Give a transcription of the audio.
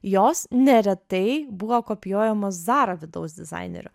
jos neretai buvo kopijuojamos zara vidaus dizainerių